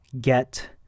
get